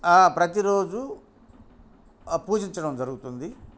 ప్రతిరోజూ పూజించడం జరుగుతుంది